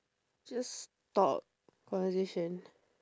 just talk conversation